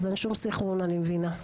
אז אין שום סנכרון, אני מבינה.